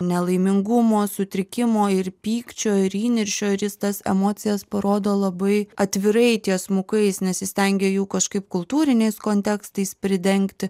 nelaimingumo sutrikimo ir pykčio ir įniršio ir jis tas emocijas parodo labai atvirai tiesmukai jis nesistengia jų kažkaip kultūriniais kontekstais pridengti